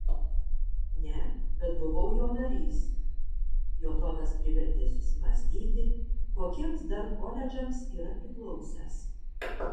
ne bet buvau jo narys jo tonas privertė susimąstyti kokiems dar koledžams yra priklausęs